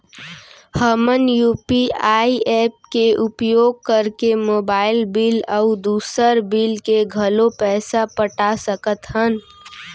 हमन UPI app के उपयोग करके मोबाइल बिल अऊ दुसर बिल के घलो पैसा पटा सकत हन